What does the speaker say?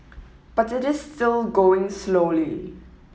but it is still going slowly